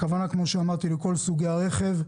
הכוונה כמו שאמרתי, לכל סוגי הרכב,